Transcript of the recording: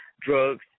drugs